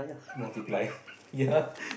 multiply yea